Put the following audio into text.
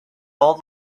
all